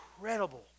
incredible